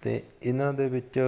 ਅਤੇ ਇਹਨਾਂ ਦੇ ਵਿੱਚ